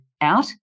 out